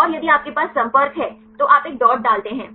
और यदि आपके पास संपर्क है तो आप एक डॉट डालते हैं